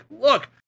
look